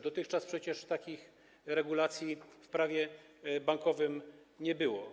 Dotychczas przecież takich regulacji w Prawie bankowym nie było.